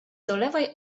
dolewaj